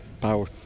power